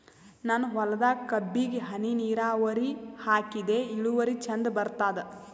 ನನ್ನ ಹೊಲದಾಗ ಕಬ್ಬಿಗಿ ಹನಿ ನಿರಾವರಿಹಾಕಿದೆ ಇಳುವರಿ ಚಂದ ಬರತ್ತಾದ?